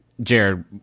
Jared